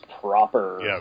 proper